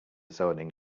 zoning